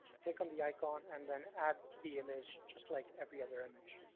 click on the icon, and then add the image just like every other image.